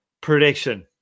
prediction